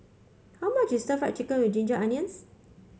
how much is Stir Fried Chicken with Ginger Onions